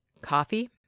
Coffee